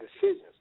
decisions